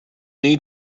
need